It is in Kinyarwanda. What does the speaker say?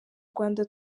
rwanda